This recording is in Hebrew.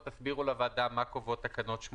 תחשבו בגישה חיובית,